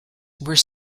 were